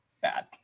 bad